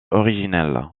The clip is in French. originelle